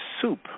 soup